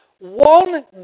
one